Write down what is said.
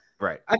right